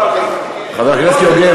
חבר הכנסת יוגב,